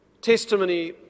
testimony